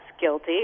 guilty